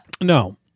No